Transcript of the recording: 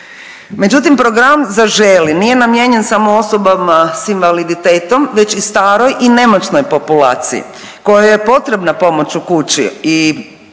Međutim program Zaželi nije namijenjen samo osobama s invaliditetom već i staroj i nemoćnoj populaciji kojoj je potrebna pomoć u kući i što